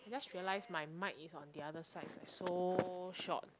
I just realize my mic is on the other side it's so short